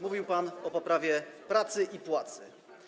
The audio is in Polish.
Mówił pan o poprawie pracy i płacy.